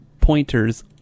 pointers